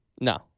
No